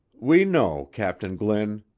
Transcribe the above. we know, captain glynn,